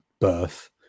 birth